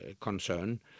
concern